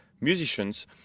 musicians